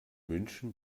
münchen